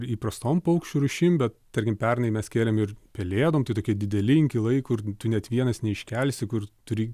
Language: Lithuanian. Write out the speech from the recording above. įprastom paukščių rūšim bet tarkim pernai mes kėlėm ir pelėdom tai tokie dideli inkilai kur tu net vienas neiškelsi kur turi